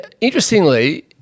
interestingly